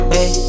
Hey